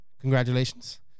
Congratulations